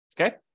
Okay